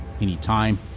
anytime